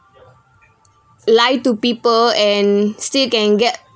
lie to people and still can get